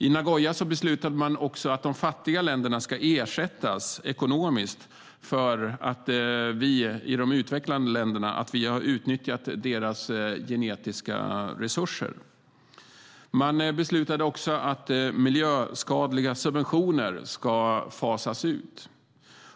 I Nagoya beslutade man också att de fattiga länderna ska ersättas ekonomiskt för att vi i de utvecklade länderna har utnyttjat deras genetiska resurser och att miljöskadliga subventioner ska fasas ut.